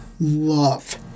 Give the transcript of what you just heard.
love